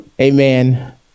amen